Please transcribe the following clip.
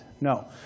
No